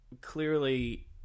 clearly